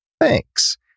Thanks